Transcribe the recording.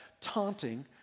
taunting